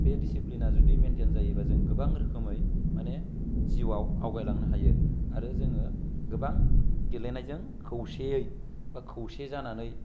बे दिसिफ्लिना जुदि मेइन्टेन जायोब्ला गोबां रोखोमै मानि जिउआव आवगाय लांनो हायो आरो जोङो गोबां गेलेनायजों खौसेयै बा खौसे जानानै